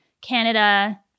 Canada